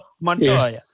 Montoya